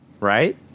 Right